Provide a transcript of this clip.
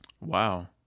Wow